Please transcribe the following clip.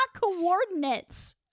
coordinates